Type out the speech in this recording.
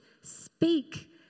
speak